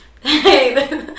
hey